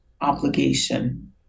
obligation